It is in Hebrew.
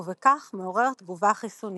ובכך מעורר תגובה חיסונית.